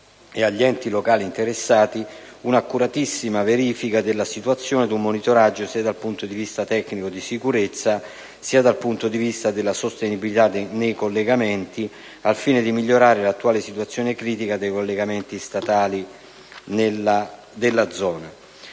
e agli enti locali interessati, un'accurata verifica della situazione ed un monitoraggio sia da un punto di vista tecnico di sicurezza sia da un punto di vista della sostenibilità nei collegamenti, al fine di migliorare l'attuale situazione critica nei collegamenti stradali della zona.